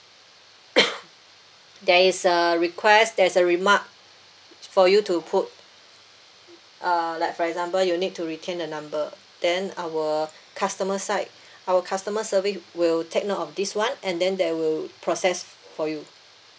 there is a request there's a remark for you to put uh like for example you need to retain the number then our customer side our customer service will take note of this [one] and then they will process for you